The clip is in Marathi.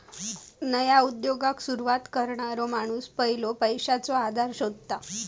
नया उद्योगाक सुरवात करणारो माणूस पयलो पैशाचो आधार शोधता